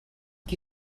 qui